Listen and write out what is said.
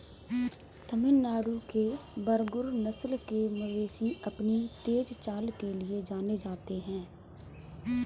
तमिलनाडु के बरगुर नस्ल के मवेशी अपनी तेज चाल के लिए जाने जाते हैं